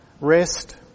rest